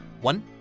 One